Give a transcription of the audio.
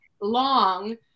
long